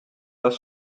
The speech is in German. das